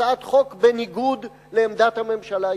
הצעת חוק בניגוד לעמדת הממשלה.